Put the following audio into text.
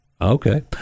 okay